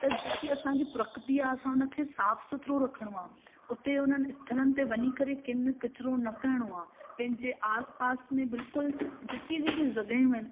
त जेकी असांजी प्रकृति आहे असां उन खे साफ़ु सुथिरो रखिणो आहे उते उन्हनि स्थलनि ते वञी करे किन कचिरो न करिणो आहे पंहिंजे आसपासि में बिल्कुलु जेकी जेकी जॻहियूं आहिनि